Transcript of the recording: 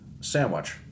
sandwich